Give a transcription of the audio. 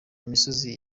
misozi